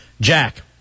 Jack